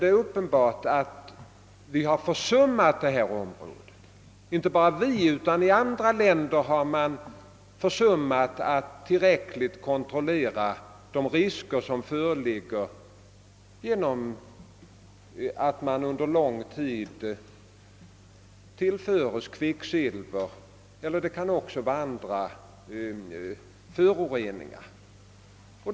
Det är uppenbart att vi har försummat — och inte bara vi utan även andra länder — att tillräckligt kontrollera de risker som föreligger genom att människor under lång tid förtär med kvicksilver eller skadliga ämnen förorenade livsmedel.